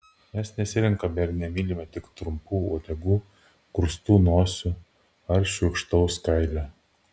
mes nesirenkame ir nemylime tik trumpų uodegų grūstų nosių ar šiurkštaus kailio